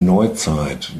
neuzeit